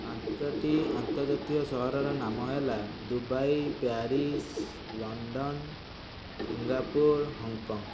ପାଞ୍ଚଟି ଆନ୍ତର୍ଜାତୀୟ ସହରର ନାମ ହେଲା Dubai Paris London Singapore Hong Kong